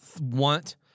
want